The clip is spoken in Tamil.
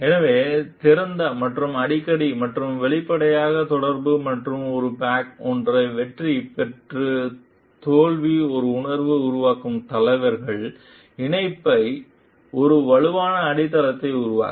எனவேதிறந்த மற்றும் அடிக்கடி மற்றும் வெளிப்படையாக தொடர்பு மற்றும் ஒரு பேக் ஒன்றாக வெற்றி மற்றும் தோல்வி ஒரு உணர்வு உருவாக்க தலைவர்கள் இணைப்பு ஒரு வலுவான அடித்தளத்தை உருவாக்க